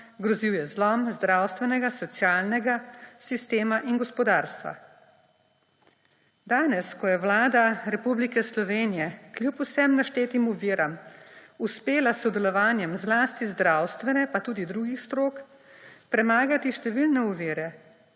grozil je zlom zdravstvenega, socialnega sistema in gospodarstva. Danes – ko je Vlada Republike Slovenije kljub vsem naštetim oviram uspela s sodelovanjem zlasti zdravstvene pa tudi drugih strok premagati številne ovire,